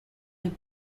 have